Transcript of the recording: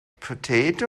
potato